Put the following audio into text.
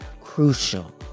crucial